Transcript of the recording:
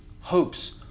hopes